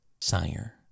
Sire